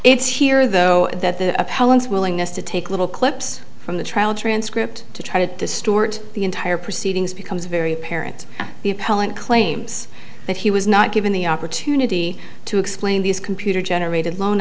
it's here though that the appellant's willingness to take little clips from the trial transcript to try to distort the entire proceedings becomes very apparent the appellant claims that he was not given the opportunity to explain these computer generated loan